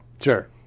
sure